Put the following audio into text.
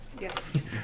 Yes